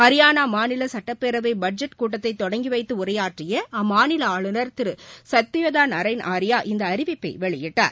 ஹரியானா மாநில சட்டப்பேரவை பட்ஜெட் கூட்டத்தை தொடங்கி வைத்து உரையாற்றிய அம்மாநில ஆளுநர் திரு சத்யதோ நரைன் ஆரியா இந்த அறிவிப்பை வெளியிட்டார்